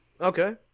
Okay